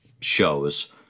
shows